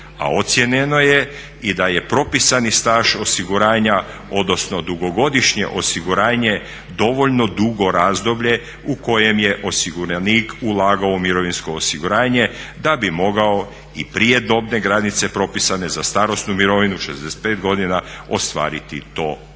a ocijenjeno je da je i propisani staž osiguranja odnosno dugogodišnje osiguranje dovoljno dugo razdoblje u kojem je osiguranik ulagao u mirovinsko osiguranje da bi mogao i prije dobne granice propisane za starosnu mirovinu 65 godina ostvariti to pravo.